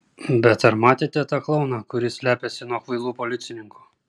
bet ar matėte tą klouną kuris slepiasi nuo kvailų policininkų